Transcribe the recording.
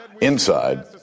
inside